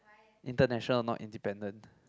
international not independent